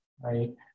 right